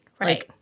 right